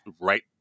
right